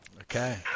okay